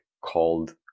called